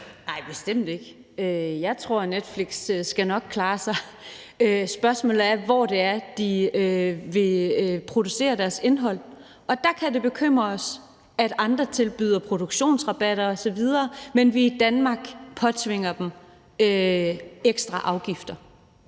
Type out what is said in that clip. Nej, bestemt ikke. Jeg tror, at Netflix nok skal klare sig. Spørgsmålet er, hvor de vil producere deres indhold, og der kan det bekymre os, at andre tilbyder produktionsrabatter osv., mens vi i Danmark påtvinger dem ekstra afgifter.